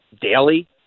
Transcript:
daily